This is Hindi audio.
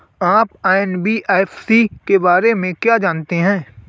आप एन.बी.एफ.सी के बारे में क्या जानते हैं?